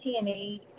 TNA